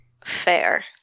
Fair